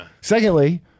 Secondly